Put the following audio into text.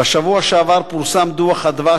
בשבוע שעבר פורסם דוח "מרכז אדוה",